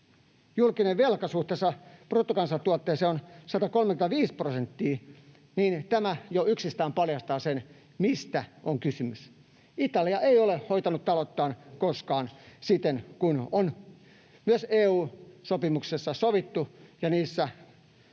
julkinen velka suhteessa bruttokansantuotteeseen on 135 prosenttia, niin tämä jo yksistään paljastaa sen, mistä on kysymys. Italia ei ole hoitanut talouttaan koskaan siten kuin on sovittu myös EU-sopimuksessa ja niissä määreissä,